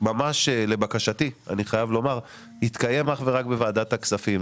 ממש לבקשתי, יתקיים אך ורק בוועדת הכספים.